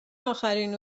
آخرین